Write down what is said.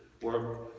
work